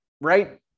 right